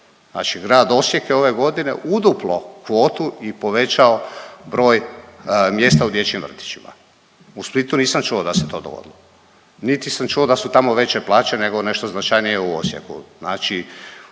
Znači Grad Osijek je ove godine uduplao kvotu i povećao broj mjesta u dječjim vrtićima. U Splitu nisam čuo da se to dogodilo niti sam čuo da su tamo veće plaće nego nešto značajnije u Osijeku. Znači